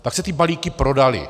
Pak se ty balíky prodaly.